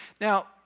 Now